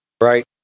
Right